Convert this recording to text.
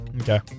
Okay